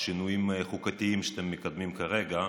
בשינויים חוקתיים שאתם מקדמים כרגע,